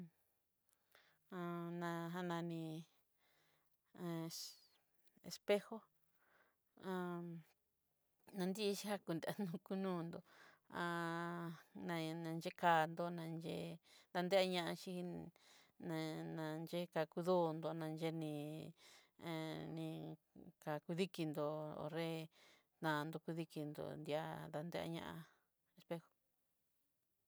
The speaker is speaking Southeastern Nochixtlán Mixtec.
Ha i spejo, anixhiá konrenó non'nró, nixhikandó nayé nandeñaxhí na- na yé kankudó nró nayení he ni kakudikinró ho'nré dandu kudikinró di'a nanre ñá espejó.